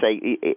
say